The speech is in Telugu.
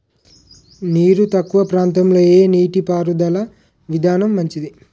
నీరు తక్కువ ప్రాంతంలో ఏ నీటిపారుదల విధానం మంచిది?